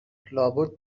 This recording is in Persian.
لابد